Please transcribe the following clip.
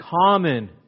Common